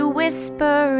whisper